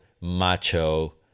macho